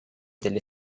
delle